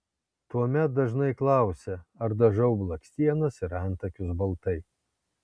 tuomet dažnai klausia ar dažau blakstienas ir antakius baltai